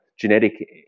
genetic